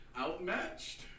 outmatched